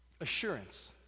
assurance